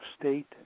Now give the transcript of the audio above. state